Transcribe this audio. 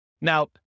Now